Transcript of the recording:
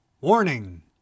Warning